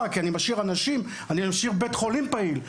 כי אנשים משאיר אנשים ובית חולים פעיל.